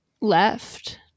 left